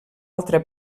altra